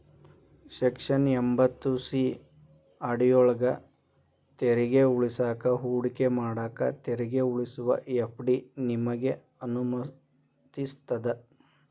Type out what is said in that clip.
section ಎಂಭತ್ತು C ಅಡಿಯೊಳ್ಗ ತೆರಿಗೆ ಉಳಿಸಾಕ ಹೂಡಿಕೆ ಮಾಡಾಕ ತೆರಿಗೆ ಉಳಿಸುವ ಎಫ್.ಡಿ ನಿಮಗೆ ಅನುಮತಿಸ್ತದ